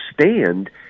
stand